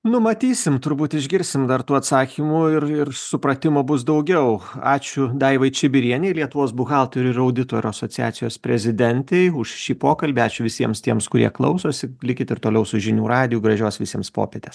nu matysim turbūt išgirsim dar tų atsakymų ir ir supratimo bus daugiau ačiū daivai čibirienei lietuvos buhalterių ir auditorių asociacijos prezidentei už šį pokalbį ačiū visiems tiems kurie klausosi likit ir toliau su žinių radiju gražios visiems popietės